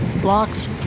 blocks